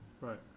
Right